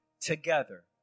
together